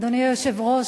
אדוני היושב-ראש,